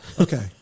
Okay